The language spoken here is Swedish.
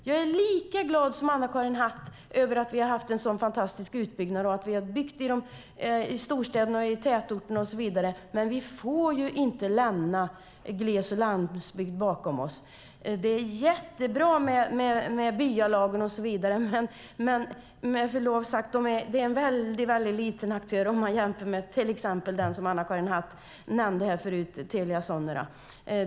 Jag är lika glad som Anna-Karin Hatt över att vi har haft en sådan fantastisk utbyggnad och att vi har byggt i storstäder, tätorter och så vidare, men vi får inte lämna gles och landsbygd bakom oss. Det är jättebra med byalagen och så vidare, men de är med förlov sagt väldigt små aktörer om man jämför med till exempel den som Anna-Karin Hatt nämnde här förut, det vill säga Telia Sonera.